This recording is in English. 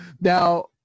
Now